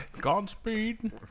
Godspeed